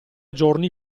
giorni